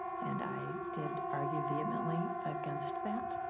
and i did argue vehemently against that,